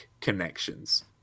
connections